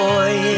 Boy